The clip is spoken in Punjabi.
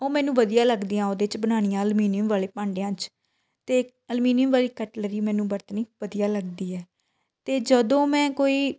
ਉਹ ਮੈਨੂੰ ਵਧੀਆ ਲੱਗਦੀਆਂ ਉਹਦੇ 'ਚ ਬਣਾਉਣੀਆਂ ਅਲਮੀਨੀਅਮ ਵਾਲੇ ਭਾਂਡਿਆਂ 'ਚ ਅਤੇ ਐਲਮੀਨੀਅਮ ਵਾਲੀ ਕਟਲਰੀ ਮੈਨੂੰ ਵਰਤਣੀ ਵਧੀਆ ਲੱਗਦੀ ਹੈ ਅਤੇ ਜਦੋਂ ਮੈਂ ਕੋਈ